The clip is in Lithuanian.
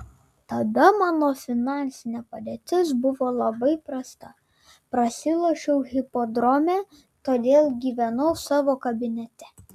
tada mano finansinė padėtis buvo labai prasta prasilošiau hipodrome todėl gyvenau savo kabinete